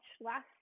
last